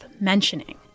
mentioning